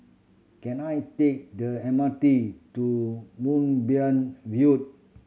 can I take the M R T to Moonbeam View